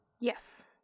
Yes